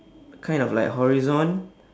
kind of like horizon